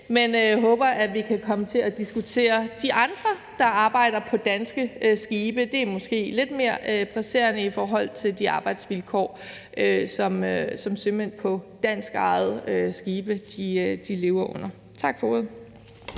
det, men håber, at vi kan komme til at diskutere de andre, der arbejder på danske skibe. Det er måske lidt mere presserende i forhold til de arbejdsvilkår, som sømænd på danskejede skibe lever under. Tak for ordet.